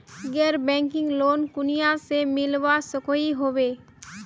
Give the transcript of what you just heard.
गैर banking loan कुनियाँ से मिलवा सकोहो होबे?